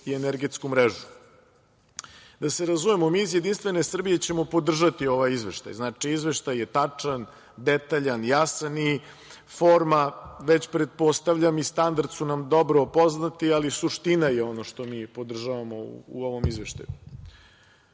i energetsku mrežu. Da se razumemo, mi iz Jedinstvene Srbije ćemo podržati ovaj izveštaj. Znači, Izveštaj je tačan, detaljan, jasan i forma, već pretpostavljam, i standard su nam dobro poznati, ali suština je ono što mi podržavamo u ovom izveštaju. Šta